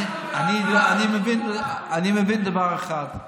אני מבין דבר אחד.